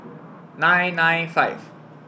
nine nine five